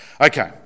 Okay